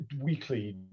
weekly